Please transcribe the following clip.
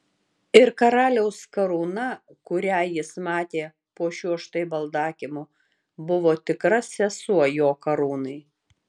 ir karaliaus karūna kurią jis matė po šiuo štai baldakimu buvo tikra sesuo jo karūnai